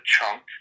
Chunk